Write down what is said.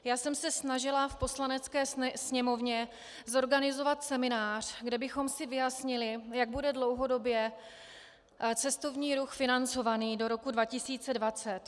Já jsem se snažila v Poslanecké sněmovně zorganizovat seminář, kde bychom si vyjasnili, jak bude dlouhodobě cestovní ruch financovaný do roku 2020.